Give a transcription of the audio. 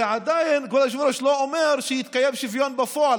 זה עדיין לא אומר שיתקיים שוויון בפועל,